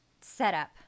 setup